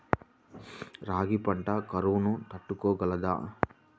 రాగి పంట కరువును తట్టుకోగలదా?